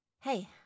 Hey